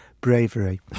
bravery